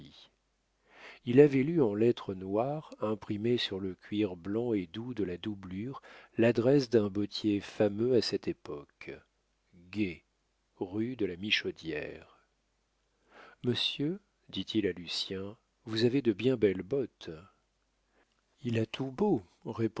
il avait lu en lettres noires imprimées sur le cuir blanc et doux de la doublure l'adresse d'un bottier fameux à cette époque gay rue de la michodière monsieur dit-il à lucien vous avez de bien belles bottes il a tout beau